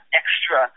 extra